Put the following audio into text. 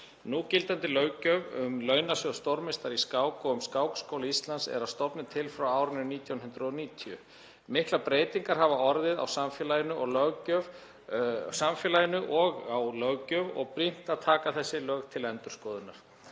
Núgildandi löggjöf um launasjóð stórmeistara í skák og um Skákskóla Íslands er að stofni til frá árinu 1990. Miklar breytingar hafa orðið á samfélaginu og löggjöf og brýnt að taka þessi lög til endurskoðunar.